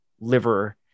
liver